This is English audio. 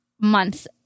months